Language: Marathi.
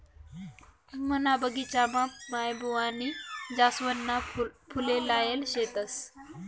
मना बगिचामा माईबुवानी जासवनना फुले लायेल शेतस